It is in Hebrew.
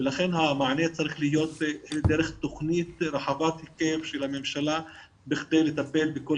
ולכן המענה צריך להיות דרך תכנית רחבת היקף של הממשלה בכדי לטפל בכל